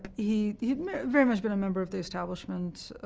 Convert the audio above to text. he had very much been a member of the establishment,